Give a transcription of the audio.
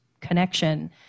connection